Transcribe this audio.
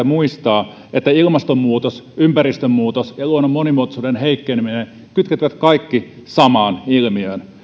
muistaa että ilmastonmuutos ympäristönmuutos ja luonnon monimuotoisuuden heikkeneminen kytkeytyvät kaikki samaan ilmiöön